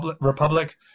Republic